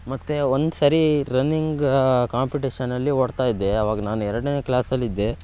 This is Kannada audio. ಮತ್ತೆ ಒಂದು ಸಾರಿ ರನ್ನಿಂಗ್ ಕಾಂಪಿಟೇಷನಲ್ಲಿ ಓಡ್ತಾ ಇದ್ದೆ ಅವಾಗ ನಾನು ಎರಡನೇ ಕ್ಲಾಸಲ್ಲಿದ್ದೆ